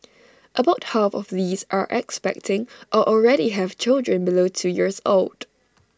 about half of these are expecting or already have children below two years old